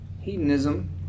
Hedonism